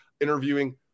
interviewing